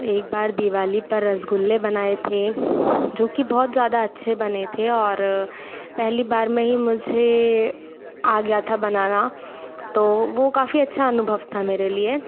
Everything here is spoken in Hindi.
एक बार दीवाली पर रसगुल्ले बनाए थे जो कि बहुत ज़्यादा अच्छे बने थे और पहली बार में ही मुझे आ गया था बनाना तो वो काफ़ी अच्छा अनुभव था मेरे लिए